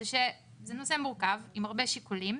שזה נושא מורכב עם הרבה שיקולים,